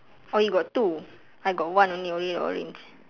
oh you got two I got one only orange orange